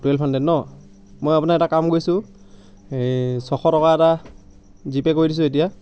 twelve hundred ন মই আপোনাৰ এটা কাম কৰিছোঁ সেই ছশ টকা এটা জিপে' কৰি দিছোঁ এতিয়া